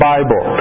Bible